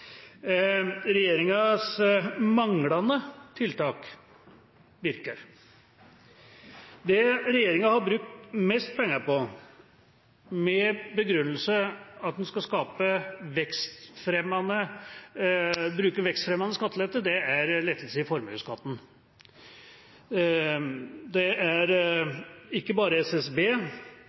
Regjeringas manglende tiltak virker. Det regjeringa har brukt mest penger på, med den begrunnelse at en skal bruke vekstfremmende skattelette, er lettelse i formuesskatten. Ikke bare SSB,